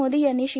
मोदी यांनी श्री